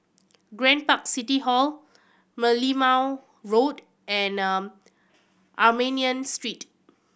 Grand Park City Hall Merlimau Road and Armenian Street